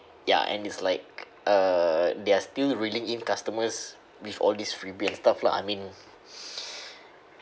ya and it's like uh they're still reeling in customers with all these freebie and stuff lah I mean